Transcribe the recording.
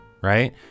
right